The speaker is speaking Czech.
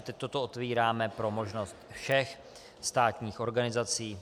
Teď toto otevíráme pro možnost všech státních organizací.